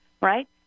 right